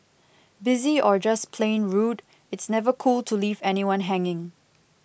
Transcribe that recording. busy or just plain rude it's never cool to leave anyone hanging